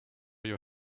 your